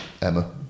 Emma